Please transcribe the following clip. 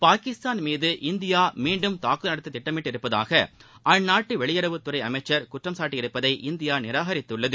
பாகிஸ்தான் மீது இந்தியா மீண்டும் தாக்குதல் நடத்த திட்டமிட்டு இருப்பதாக அந்நாட்டு வெளியுறவு அமைச்சர் குற்றம் சாட்டியிருப்பதை இந்தியா நிராகரித்துள்ளது